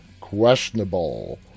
questionable